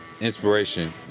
inspiration